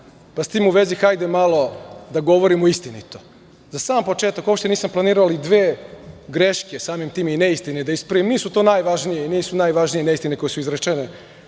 pa sa tim u vezi hajde malo da govorimo istinito.Za sam početak, uopšte nisam planirao, ali dve greške, a samim tim i neistine da ispravim. Nisu to najvažnije neistine koje su izrečene